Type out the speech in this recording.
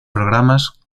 programas